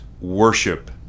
worship